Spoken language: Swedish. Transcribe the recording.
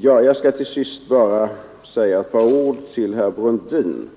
Jag skall till sist bara säga några ord till herr Brundin.